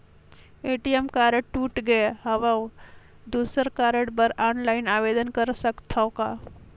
ATM card टूट गे हववं दुसर कारड बर ऑनलाइन आवेदन कर सकथव का?